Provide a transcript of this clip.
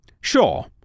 Sure